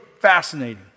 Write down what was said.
fascinating